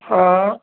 हा